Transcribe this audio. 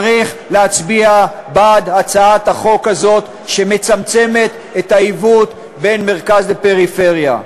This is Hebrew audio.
צריך להצביע בעד הצעת החוק הזאת שמצמצמת את העיוות בין מרכז לפריפריה.